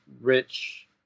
rich